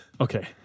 Okay